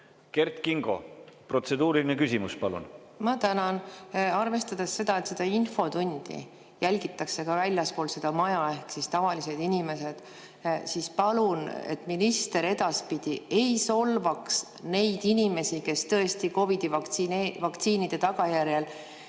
Kert Kingo, protseduuriline küsimus, palun! Tänan! Arvestades, et seda infotundi jälgitakse ka väljaspool seda maja, ehk siis tavalised inimesed ka vaatavad, siis palun, et minister edaspidi ei solvaks neid inimesi, kes tõesti COVID-i vaktsiinide tagajärjel